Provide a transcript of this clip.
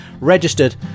registered